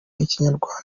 ikinyarwanda